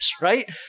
right